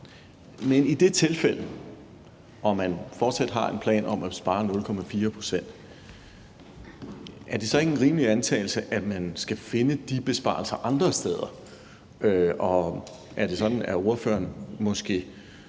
Men i det tilfælde – og man fortsat har en plan om at spare 0,4 pct. – er det så ikke en rimelig antagelse, at man skal finde de besparelser andre steder? Og er det sådan, at ordføreren måske